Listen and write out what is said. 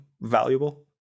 valuable